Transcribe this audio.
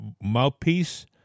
mouthpiece